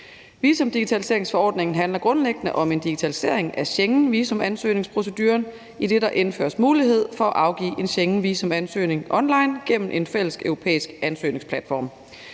Visumdigitaliseringsforordningen handler grundlæggende om en digitalisering af Schengenvisumansøgningsproceduren, idet der indføres mulighed for at afgive en Schengenvisumansøgning online gennem en fælleseuropæisk ansøgningsplatform.